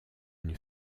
une